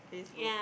facebook